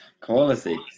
Quality